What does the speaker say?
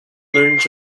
learns